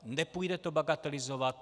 Nepůjde to bagatelizovat.